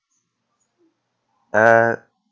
uh